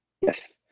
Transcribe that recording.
Yes